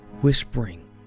Whispering